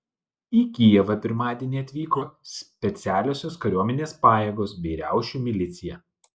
į kijevą pirmadienį atvyko specialiosios kariuomenės pajėgos bei riaušių milicija